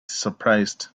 surprised